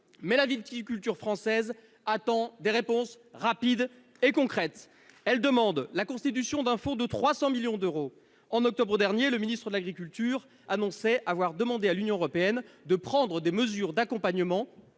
Mais la viticulture française attend des réponses concrètes et rapides. Elle demande la constitution d'un fonds de 300 millions d'euros. En octobre dernier, le ministre de l'agriculture annonçait avoir demandé à l'Union européenne « de prendre des mesures d'accompagnement